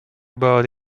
about